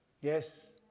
Yes